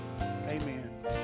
amen